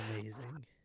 amazing